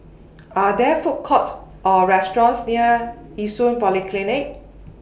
Are There Food Courts Or restaurants near Yishun Polyclinic